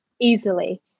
easily